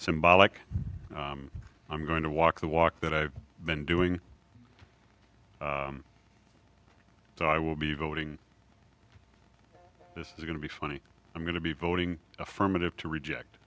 symbolic i'm going to walk the walk that i've been doing so i will be voting this is going to be funny i'm going to be voting affirmative to reject